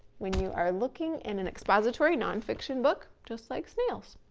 when you are looking in an expository non-fiction book, just like snails.